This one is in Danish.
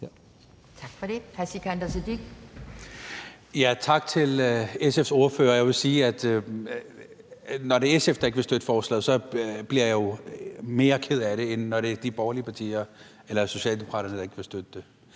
Sikandar Siddique (FG): Tak til SF's ordfører. Jeg vil sige, at når det er SF, der ikke vil støtte forslaget, bliver jeg mere ked af det, end når det er de borgerlige partier eller Socialdemokraterne, der ikke vil støtte det.